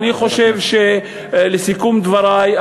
לסיכום דברי,